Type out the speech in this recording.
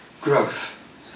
growth